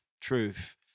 truth